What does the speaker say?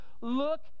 look